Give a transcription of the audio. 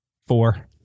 Four